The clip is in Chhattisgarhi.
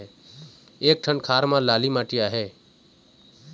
एक ठन खार म लाली माटी आहे?